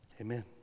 Amen